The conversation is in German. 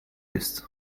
ist